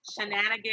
shenanigans